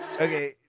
Okay